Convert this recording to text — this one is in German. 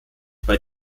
bei